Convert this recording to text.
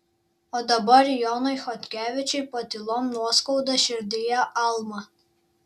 o dabar jonui chodkevičiui patylom nuoskauda širdyje alma